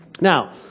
Now